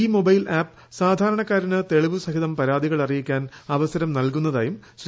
ഈ mobile app സാധാരണക്കാരന് തെളിവു സഹിതം പരാതികൾ അറിയിക്കാൻ അവസരം നല്കുന്നതായും ശ്രീ